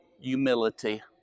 humility